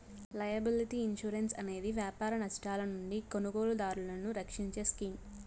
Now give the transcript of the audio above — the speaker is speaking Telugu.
లైయబిలిటీ ఇన్సురెన్స్ అనేది వ్యాపార నష్టాల నుండి కొనుగోలుదారులను రక్షించే స్కీమ్